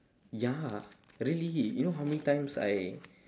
ya really you know how many times I